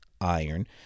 iron